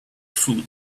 food